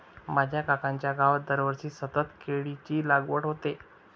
माझ्या काकांच्या गावात दरवर्षी सतत केळीची लागवड होते